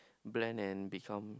blend and become